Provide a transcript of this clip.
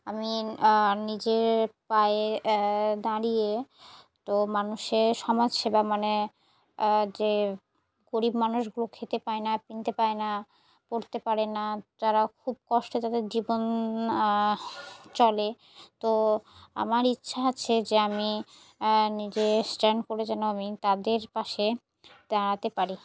আমি নিজের পায়ে দাঁড়িয়ে তো মানুষের সমাজসেবা মানে যে গরিব মানুষগুলো খেতে পায় না কিনতে পায় না পড়তে পারে না তারা খুব কষ্টে তাদের জীবন চলে তো আমার ইচ্ছা আছে যে আমি নিজে স্ট্যান্ড করে যেন আমি তাদের পাশে দাঁড়াতে পারি